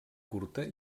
curta